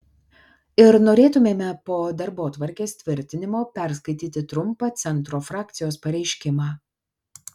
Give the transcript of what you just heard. ir norėtumėme po darbotvarkės tvirtinimo perskaityti trumpą centro frakcijos pareiškimą